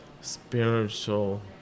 spiritual